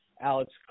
Alex